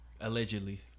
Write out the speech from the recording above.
allegedly